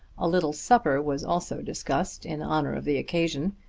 a little supper was also discussed in honour of the occasion,